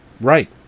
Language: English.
Right